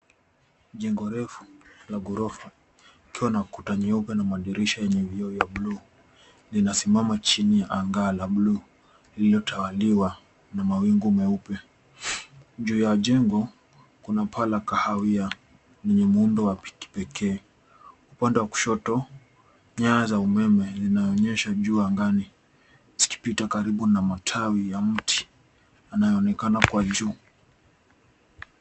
Jengo refu la ghorofa ikiwa na ukuta nyeupe na madirisha yenye vioo ya blue . Linasimama chini ya anga la blue lililotawaliwa na mawingu meupe. Juu ya jengo, kuna paa la kahawia lenye muundo wa kipekee. Upande wa kushoto, nyaya za umeme zinaonyeshwa juu angani, zikipita karibu na matawi ya mti inayoonekana kwa juu.